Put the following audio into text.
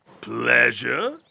Pleasure